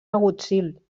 agutzil